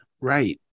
Right